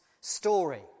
story